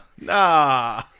Nah